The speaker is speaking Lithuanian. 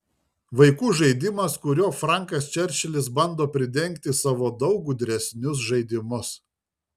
vaikų žaidimas kuriuo frankas čerčilis bando pridengti savo daug gudresnius žaidimus